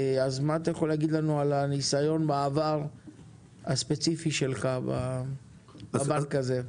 מה אתה יכול להגיד לנו על הניסיון הספציפי שלך בעבר בבנק הזה?